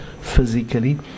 physically